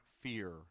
fear